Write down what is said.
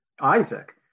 Isaac